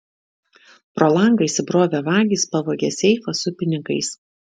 pro langą įsibrovę vagys pavogė seifą su pinigais